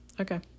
okay